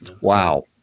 Wow